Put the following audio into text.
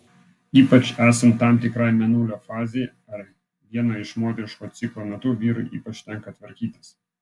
ypač esant tam tikrai mėnulio fazei ar vieno iš moteriško ciklo metu vyrui ypač tenka tvarkytis